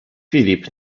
filip